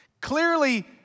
clearly